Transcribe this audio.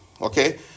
Okay